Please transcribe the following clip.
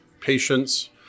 patients